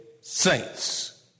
saints